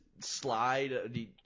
slide